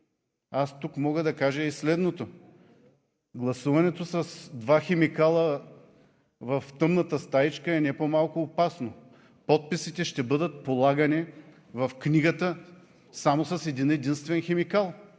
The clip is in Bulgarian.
аз тук мога да кажа и следното: гласуването с два химикала в тъмната стаичка е не по-малко опасно. Подписите ще бъдат полагани в книгата само с един-единствен химикал.